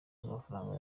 amafaranga